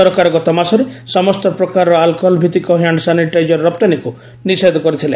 ସରକାର ଗତମାସରେ ସମସ୍ତ ପ୍ରକାରର ଆଲ୍କୋହଲ୍ଭିତିକ ହ୍ୟାଣ୍ଡ୍ ସାନିଟାଇଜର୍ ରପ୍ତାନୀକୁ ନିଷେଧ କରିଥିଲେ